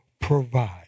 provide